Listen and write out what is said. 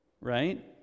right